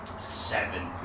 seven